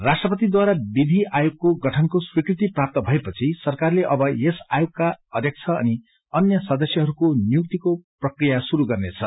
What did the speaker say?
राष्ट्रपतिद्वारा विधि आयोगको गठनको स्वीकृति प्राप्त भएपछि सरकारले अब यसका अध्यक्ष अनि अन्य सदस्यहरूको नियुक्तिको प्रक्रिया शुरू गर्नेछ